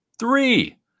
Three